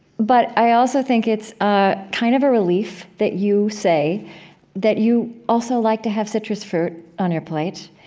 but i also think it's ah kind of a relief that you say that you also like to have citrus fruit on your plate,